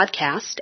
podcast